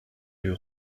lui